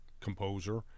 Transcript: composer